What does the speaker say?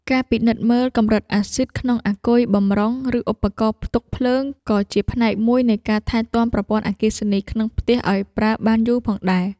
ការពិនិត្យមើលកម្រិតអាស៊ីតក្នុងអាគុយបម្រុង ឬឧបករណ៍ផ្ទុកភ្លើង ក៏ជាផ្នែកមួយនៃការថែទាំប្រព័ន្ធអគ្គិសនីក្នុងផ្ទះឱ្យប្រើបានយូរផងដែរ។